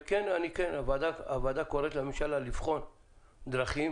וכן, הוועדה קוראת לממשלה לבחון דרכים